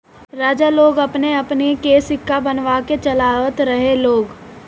राजा लोग अपनी अपनी नाम के सिक्का बनवा के चलवावत रहे लोग